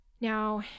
Now